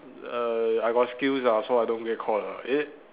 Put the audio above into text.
err I got skills lah so I don't get caught lah eh